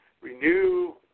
renew